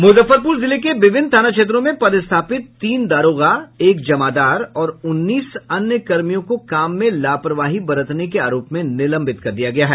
मुजफ्फरपुर जिले के विभिन्न थाना क्षेत्रों में पदस्थापित तीन दारोगा एक जमादार और उन्नीस अन्य कर्मियों को काम में लापरवाही बरतने के आरोप में निलंबित कर दिया गया है